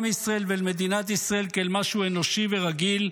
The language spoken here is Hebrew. ישראל ואל למדינת ישראל כאל משהו אנושי ורגיל,